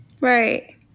Right